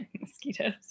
Mosquitoes